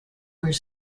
where